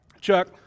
Chuck